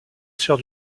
sœur